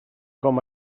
com